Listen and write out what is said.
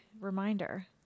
reminder